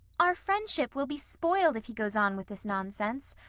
our friendship will be spoiled if he goes on with this nonsense.